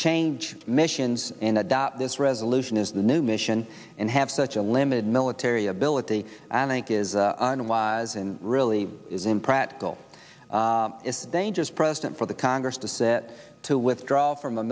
change missions and adopt this resolution is a new mission and have such a limited military ability i think is unwise and really is impractical it's a dangerous precedent for the congress to set to withdraw from a